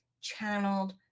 channeled